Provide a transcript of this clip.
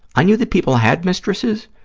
i knew that people had mistresses.